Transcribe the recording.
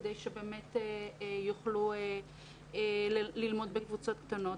כדי שבאמת יוכלו ללמוד בקבוצות קטנות,